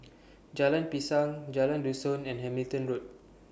Jalan Pisang Jalan Dusun and Hamilton Road